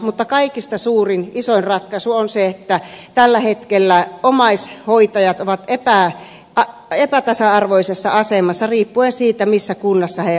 mutta kaikista suurin isoin ratkaisu on se että tällä hetkellä omaishoitajat ovat epätasa arvoisessa asemassa riippuen siitä missä kunnassa he asuvat